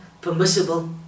permissible